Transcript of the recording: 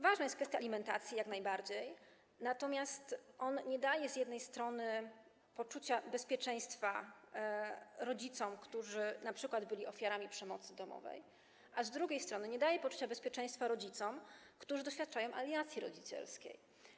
Ważna jest kwestia alimentacji, jak najbardziej, natomiast projekt nie daje z jednej strony poczucia bezpieczeństwa rodzicom, którzy np. byli ofiarami przemocy domowej, a z drugiej strony nie daje poczucia bezpieczeństwa rodzicom, którzy doświadczają alienacji rodzicielskiej.